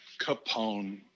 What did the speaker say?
Capone